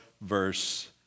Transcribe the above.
verse